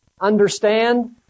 understand